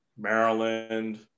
Maryland